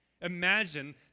Imagine